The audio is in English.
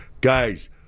Guys